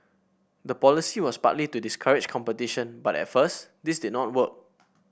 the policy was partly to discourage competition but at first this did not work